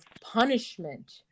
punishment